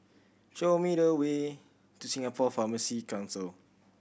show me the way to Singapore Pharmacy Council